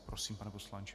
Prosím, pane poslanče.